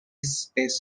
space